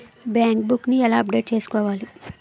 Bank book నీ ఎలా update చేసుకోవాలి?